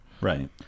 Right